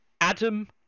adam